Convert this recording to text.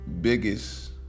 biggest